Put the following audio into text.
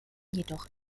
jedoch